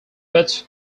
but